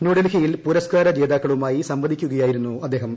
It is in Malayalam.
ന്യൂഡൽഹിയിൽ പുരസ്ക്കാര ജേതാക്കളുമായി സംവദിക്കുകയായിരുന്നു അദ്ദേഹം